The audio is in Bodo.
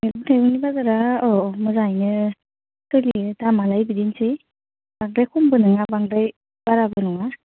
ओरैनो दैलि बाजारा औ मोजाङैनो सोलियो दामआलाय बिदिनोसै बांद्राय खमबो नङा बांद्राय बाराबो नङा